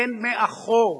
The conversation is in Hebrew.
הן מאחור.